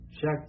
Check